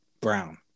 brown